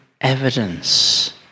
evidence